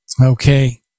Okay